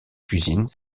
cuisine